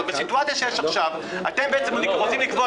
בסיטואציה שיש עכשיו אתם רוצים לקבוע